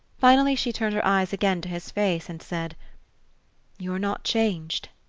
finally she turned her eyes again to his face and said you're not changed.